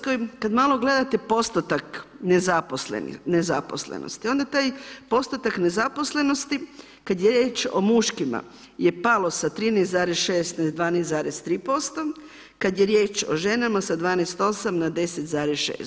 Kad malo gledate postotak nezaposlenosti, onda taj postotak nezaposlenosti kad je riječ o muškima je palo sa 13,6 na 12,3%, kad je riječ o ženama sa 12,8 na 10,6.